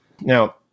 Now